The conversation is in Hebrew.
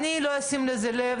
אני לא אשים לזה לב,